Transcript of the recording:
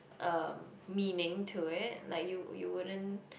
um meaning to it like you you wouldn't